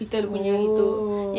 oh